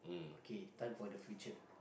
okay time for the future